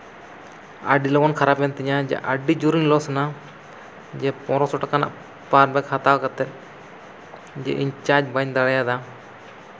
ᱟᱹᱰᱤ ᱞᱚᱜᱚᱱ ᱠᱷᱟᱨᱟᱯᱮᱱ ᱛᱤᱧᱟᱹ ᱡᱮ ᱟᱹᱰᱤ ᱡᱳᱨᱮᱧ ᱞᱚᱥᱱᱟ ᱡᱮ ᱯᱚᱱᱮᱨᱚᱥᱚ ᱴᱟᱠᱟ ᱨᱮᱱᱟᱜ ᱯᱟᱣᱟᱨ ᱵᱮᱝᱠ ᱦᱟᱛᱟᱣ ᱠᱟᱛᱮᱫ ᱡᱩᱫᱤ ᱤᱧ ᱪᱟᱨᱡᱽ ᱵᱟᱹᱧ ᱫᱟᱲᱮᱭᱟᱫᱟ